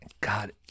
God